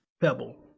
pebble